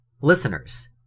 Listeners